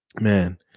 Man